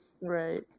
Right